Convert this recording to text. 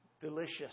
delicious